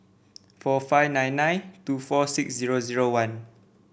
four five nine nine two four six zero zero one